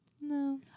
No